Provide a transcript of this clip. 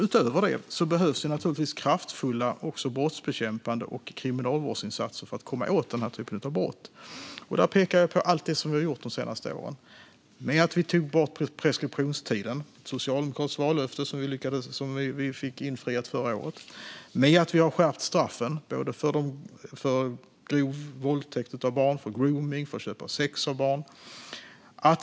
Utöver detta behövs naturligtvis kraftfulla och brottsbekämpande kriminalvårdsinsatser för att komma åt den här typen av brott. Där vill jag peka på allt som vi har gjort de senaste åren. Vi tog bort preskriptionstiden. Det var ett socialdemokratiskt vallöfte som vi infriade förra året. Vi har skärpt straffen både för grov våldtäkt mot barn, för gromning och för att köpa sex av barn.